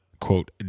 quote